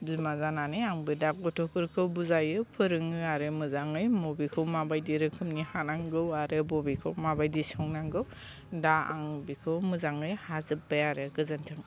बिमा जानानै आंबो दा गथ'फोरखौ बुजायो फोरोङो आरो मोजाङै मबेखौ माबायदि रोखोमनि हानांगौ आरो बबेखौ माबायदि संनांगौ दा आं बेखौ मोजाङै हाजोब्बाय आरो गोजोन्थों